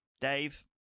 Dave